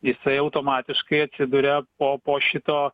jisai automatiškai atsiduria po po šito